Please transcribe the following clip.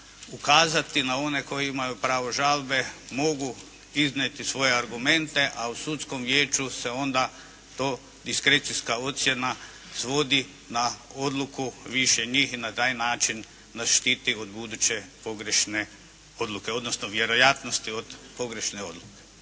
ukazati na one koji imaju pravo žalbe mogu iznijeti svoje argumente, a u Sudskom vijeću se onda to diskrecijska ocjena svodi na odluku više njih, i na taj način nas štiti od buduće pogrešne odluke, odnosno vjerojatnosti od pogrešne odluke.